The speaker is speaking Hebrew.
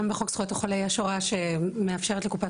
גם בחוק זכויות החולה יש הוראה שמאפשרת לקופת